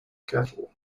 kettle